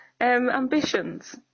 ambitions